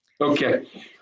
Okay